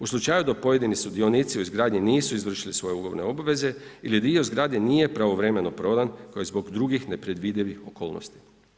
U slučaju da pojedini sudionici u izgradnji nisu izvršili svoje ugovorne obveze ili dio zgrade nije pravovremeno prodan kao i zbog drugih nepredvidivih okolnosti.